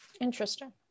Interesting